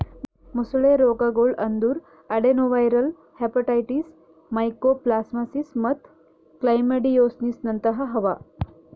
ಮೊಸಳೆ ರೋಗಗೊಳ್ ಅಂದುರ್ ಅಡೆನೊವೈರಲ್ ಹೆಪಟೈಟಿಸ್, ಮೈಕೋಪ್ಲಾಸ್ಮಾಸಿಸ್ ಮತ್ತ್ ಕ್ಲಮೈಡಿಯೋಸಿಸ್ನಂತಹ ಅವಾ